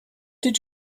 did